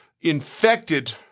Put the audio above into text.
infected